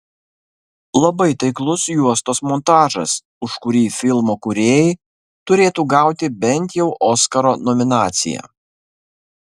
labai taiklus juostos montažas už kurį filmo kūrėjai turėtų gauti bent jau oskaro nominaciją